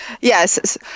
Yes